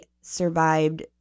survived